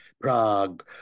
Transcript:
prague